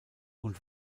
und